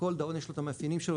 כל דאון יש לו את המאפיינים שלו,